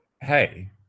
hey